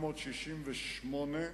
ב-1968,